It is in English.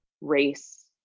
race